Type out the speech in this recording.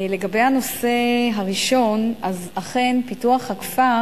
לגבי הנושא הראשון, אכן, פיתוח הכפר